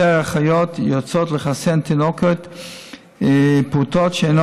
יותר אחיות יוצאות לחסן תינוקות ופעוטות שאינם